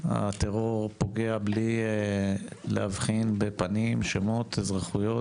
הטרור פוגע מבלי להבחין בפנים, שמות, אזרחויות.